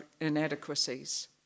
inadequacies